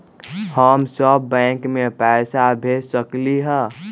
हम सब बैंक में पैसा भेज सकली ह?